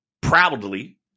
proudly